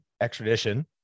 extradition